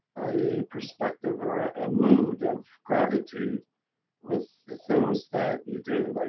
a prospective or a mood of gratitude with the things that you do, like